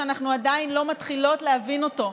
שאנחנו עדיין לא מתחילות להבין אותו,